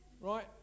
Right